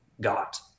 got